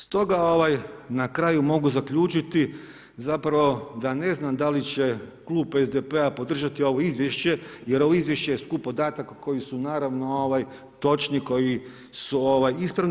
Stoga na kraju mogu zaključiti zapravo da ne znam da li će klub SDP-a podržati ovo izvješće, jer ovo izvješće je skup podataka koji su naravno točni, koji su ispravni.